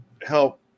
help